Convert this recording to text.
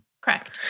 Correct